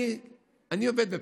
אני עובד בבחירות,